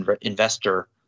investor